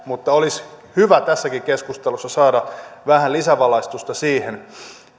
mutta olisi hyvä tässäkin keskustelussa saada vähän lisävalaistusta siihen